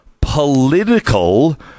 political